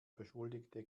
beschuldigte